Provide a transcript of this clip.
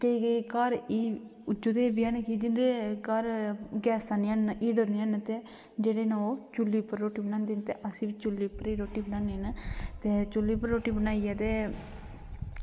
केईं दे घर एह् जिंदे घर गैसां निं हैन ते उंदे घर एह् देई ओड़नियां न ते ओह् चुल्ली पर रुट्टी बनांदे न ते अस बी चुल्ली पर रुट्टी बनांदे न ते चुल्ली पर रुट्टी बनाइयै ते